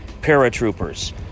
paratroopers